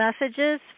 messages